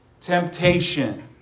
temptation